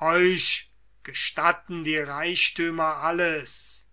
euch gestatten die reichthümer alles